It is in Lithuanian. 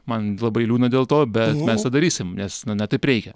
man labai liūdna dėl to bet mes tą darysim nes na na taip reikia